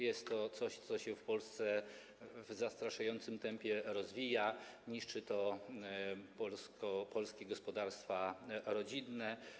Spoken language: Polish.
Jest to coś, co się w Polsce w zastraszającym tempie rozwija i niszczy polskie gospodarstwa rodzinne.